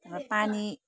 र पानी